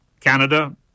Canada